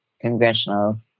congressional